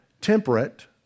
temperate